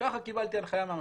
ככה קיבלתי הנחיה מהמפקד.